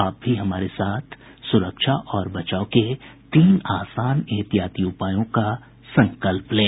आप भी हमारे साथ सुरक्षा और बचाव के तीन आसान एहतियाती उपायों का संकल्प लें